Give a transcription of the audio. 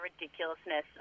ridiculousness